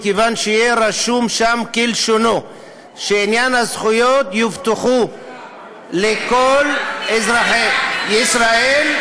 מכיוון שיהיה רשום שם כלשונו שהזכויות יובטחו לכל אזרחי ישראל,